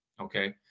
Okay